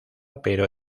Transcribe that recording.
pero